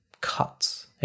cuts